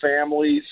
families